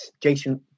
jason